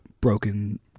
broken